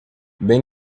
bem